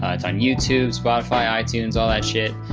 ah it's on youtube, spotify, itunes all that shit.